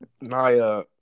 naya